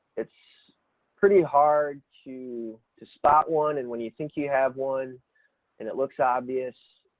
it's pretty hard to, to spot one and when you think you have one and it looks obvious,